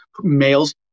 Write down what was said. Males